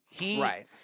Right